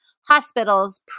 hospital's